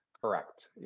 Correct